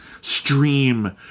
stream